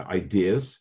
ideas